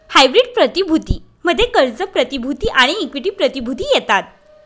hybrid प्रतिभूती मध्ये कर्ज प्रतिभूती आणि इक्विटी प्रतिभूती येतात